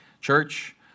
Church